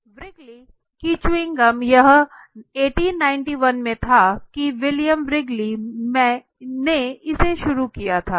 Wrigley की chewing gum यह 1891 में था कि विलियम व्रिगली मैं इसे शुरू किया था